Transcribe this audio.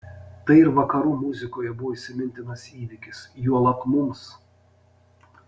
tai ir vakarų muzikoje buvo įsimintinas įvykis juolab mums